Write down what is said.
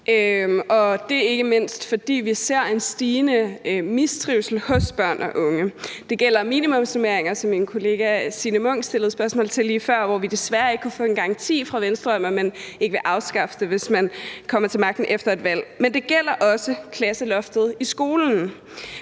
og det er ikke mindst, fordi vi ser en stigende mistrivsel hos børn og unge. Det gælder minimumsnormeringer, som min kollega Signe Munk stillede spørgsmål om lige før, men hvor vi desværre ikke kunne få en garanti fra Venstre om, at man ikke vil afskaffe dem, hvis man kommer til magten efter et valg, men det gælder også klasseloftet i skolen.